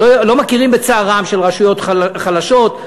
לא מכירים בצערן של רשויות חלשות,